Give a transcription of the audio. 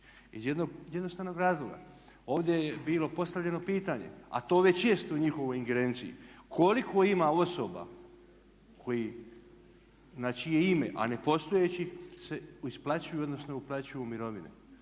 jednostavnog razloga ovdje je bilo postavljeno pitanje a to već jest u njihovoj ingerenciji koliko ima osoba koji, na čije ime, a ne postojećih se isplaćuju odnosno uplaćuju mirovine.